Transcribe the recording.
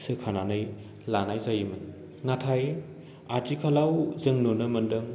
सोखानानै लानाय जायोमोन नाथाय आथिखालाव जों नुनो मोन्दों